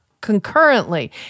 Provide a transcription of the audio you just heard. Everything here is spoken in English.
concurrently